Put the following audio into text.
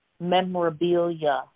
memorabilia